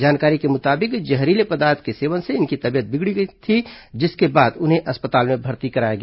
जानकारी के मुताबिक जहरीले पदार्थ के सेवन से इनकी तबीयत बिगड़ गई थी जिसके बाद उन्हें अस्पताल में भर्ती कराया गया